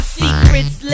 secrets